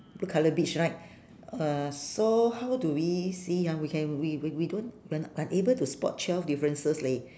blue colour beach right uh so how do we see ah we can we we we don't we are unable to spot twelve differences leh